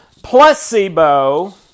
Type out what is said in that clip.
placebo